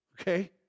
okay